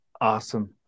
Awesome